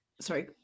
Sorry